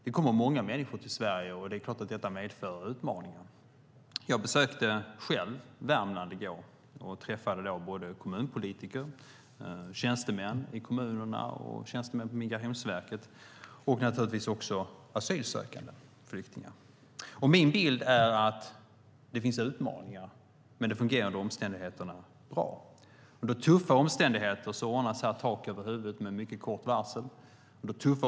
Det kommer många människor till Sverige. Det är klart att detta medför utmaningar. Jag besökte själv Värmland i går och träffade kommunpolitiker, tjänstemän i kommunerna och tjänstemän på Migrationsverket. Naturligtvis träffade jag också asylsökande flyktingar. Min bild är att det finns utmaningar men att det under omständigheterna fungerade bra. Under tuffa omsändigheter ordnade det sig med tak över huvudet med mycket kort varsel.